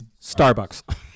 Starbucks